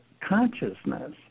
consciousness